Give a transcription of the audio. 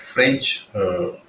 French